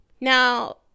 now